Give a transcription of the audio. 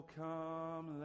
come